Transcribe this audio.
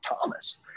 Thomas